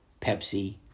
Pepsi